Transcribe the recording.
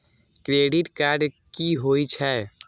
Credit card की होय छै?